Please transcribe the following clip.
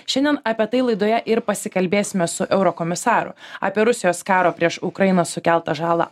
šiandien apie tai laidoje ir pasikalbėsime su eurokomisaru apie rusijos karo prieš ukrainą sukeltą žalą